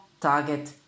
target